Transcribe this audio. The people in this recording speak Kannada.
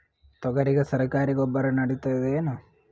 ತೊಗರಿಗ ಸರಕಾರಿ ಗೊಬ್ಬರ ನಡಿತೈದೇನು?